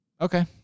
Okay